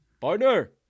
Partner